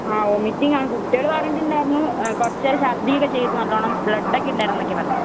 വോമിറ്റിങ്ങാ കുട്ടികൾ പറഞ്ഞിട്ടുണ്ടായിരുന്നു കുറച്ചുനേരം ശർദ്ദിക്കുകയൊക്കെ ചെയ്തിരുന്നു നല്ലവണ്ണം ബ്ലഡ് ഒക്കെ ഉണ്ടായിരുന്നെന്നൊക്കെയാ പറഞ്ഞത്